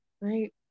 right